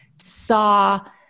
saw